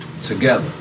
together